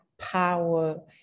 power